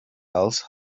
else